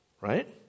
right